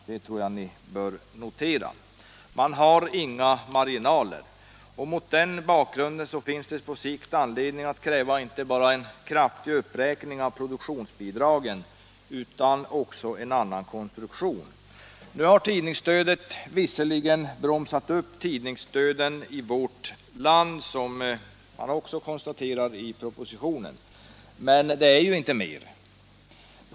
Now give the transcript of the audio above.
Det bör noteras. De har inga marginaler. Mot den bakgrunden finns det på sikt anledning att kräva inte bara en kraftig uppräkning av produktionsbidraget utan också en annan konstruktion. Nu har tidningsstödet visserligen bromsat upp tidningsdöden i vårt land, som också konstateras i propositionen, men det är ju inte mer.